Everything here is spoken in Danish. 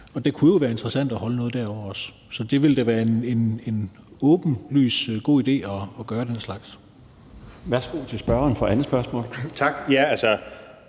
og det kunne jo være interessant at holde noget derovre også. Så det ville være en åbenlyst god idé at gøre den slags. Kl. 14:25 Den fg. formand (Bjarne